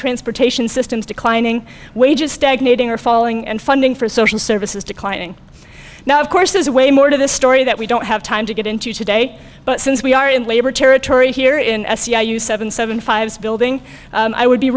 transportation systems declining wages stagnating or falling and funding for social services declining now of course there's way more to this story that we don't have time to get into today but since we are in labor territory here in sci you seven seven five building i would be